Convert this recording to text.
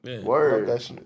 Word